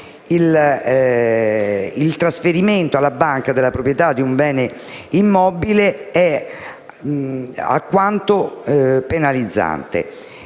il trasferimento alla banca della proprietà di un bene immobile è alquanto penalizzante,